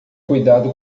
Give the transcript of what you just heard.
cuidado